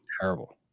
terrible